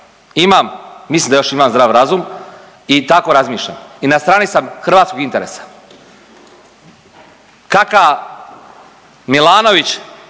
Imam, mislim da još imam zdrav razum i tako razmišljam i na strani sam hrvatskog interesa. Kakav Milanović,